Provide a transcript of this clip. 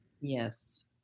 Yes